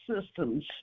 systems